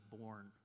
born